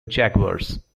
jaguars